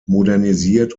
modernisiert